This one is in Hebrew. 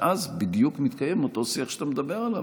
ואז בדיוק מתקיים אותו שיח שאתה מדבר עליו